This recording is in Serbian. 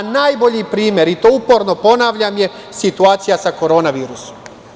Najbolji primer i to uporno ponavljam je situacija sa korona virusom.